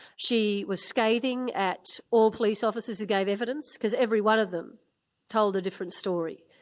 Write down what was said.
she was scathing at all police officers who gave evidence, because every one of them told a different story.